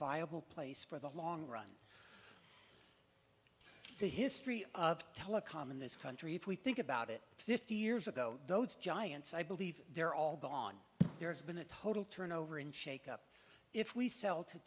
viable place for the long run the history of telecom in this country if we think about it fifty years ago those giants i believe they're all gone there's been a total turnover in shake up if we sell to